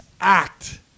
act